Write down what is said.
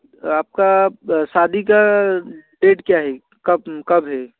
आप का शादी का डेट क्या है कब कब है